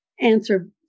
answer